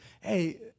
hey